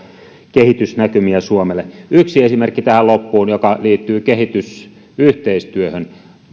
kehitysnäkymiä suomelle yksi esimerkki tähän loppuun joka liittyy kehitysyhteistyöhön